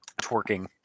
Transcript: twerking